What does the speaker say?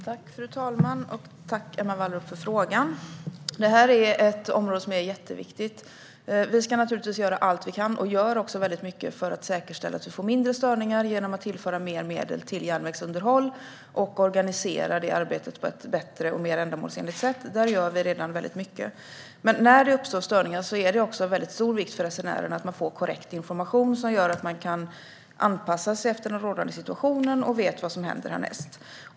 Fru talman! Tack, Emma Wallrup, för frågan! Detta är ett område som är jätteviktigt. Vi ska naturligtvis göra allt vi kan - vi gör också väldigt mycket - för att säkerställa att vi får mindre störningar genom att tillföra mer medel till järnvägsunderhåll och organisera det arbetet på ett bättre och mer ändamålsenligt sätt. Där gör vi redan väldigt mycket. Men när det uppstår störningar är det också av väldigt stor vikt för resenärerna att de får korrekt information som gör att de kan anpassa sig efter den rådande situationen och vet vad som händer härnäst.